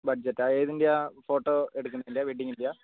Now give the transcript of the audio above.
budget ഏതിൻ്റെയാണ് photo എടുക്കുന്നതിന്റെയാണോ വെഡിങ്ങിൻ്റെയാണോ